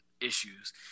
issues